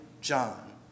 John